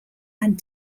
and